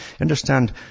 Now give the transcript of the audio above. understand